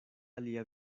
alia